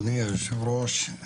אדוני היושב-ראש,